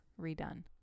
redone